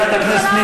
שרת התרבות.